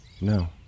No